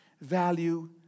value